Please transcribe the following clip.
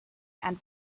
and